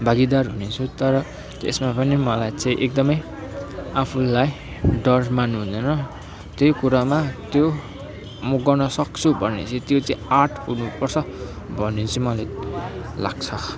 भागिदार हुनेछु तर त्यसमा पनि मलाई चाहिँ एकदमै आफूलाई डर मान्नु हुँदैन त्यही कुरामा त्यो म गर्न सक्छु भन्ने चाहिँ त्यो चाहिँ आँट हुनुपर्छ भन्ने चाहिँ मलाई लाग्छ